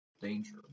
danger